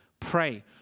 Pray